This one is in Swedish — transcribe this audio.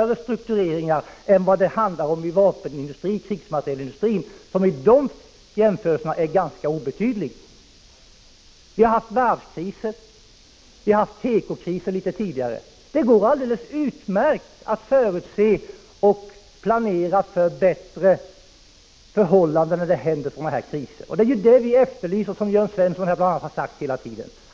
omstruktureringar än omstruktureringarna i krigsmaterielindustrin, som vid dessa jämförelser är ganska obetydlig. Vi har haft varvskrisen och litet tidigare tekokrisen. Det går alldeles utmärkt att förutse utvecklingen och planera för bättre förhållanden när det inträffar sådana kriser. Det är detta vi efterlyser, som Jörn Svensson sagt hela tiden.